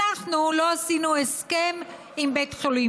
אנחנו לא עשינו הסכם עם בית החולים